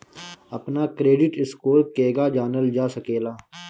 अपना credit score केगा जानल जा सकेला?